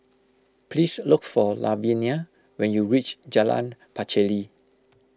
please look for Lavinia when you reach Jalan Pacheli